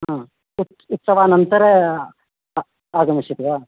हा उत् उत्सवानन्तर आगमिष्यति वा